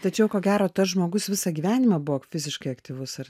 tačiau ko gero tas žmogus visą gyvenimą buvo fiziškai aktyvus ar